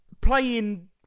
playing